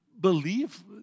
believe